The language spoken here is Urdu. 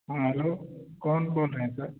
ہاں ہیلو کون بول رہے ہیں سر